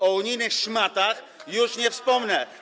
O „unijnych szmatach” już nie wspomnę.